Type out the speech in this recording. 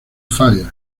fire